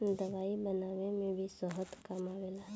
दवाई बनवला में भी शहद काम आवेला